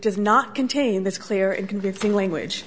does not contain this clear and convincing language